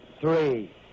three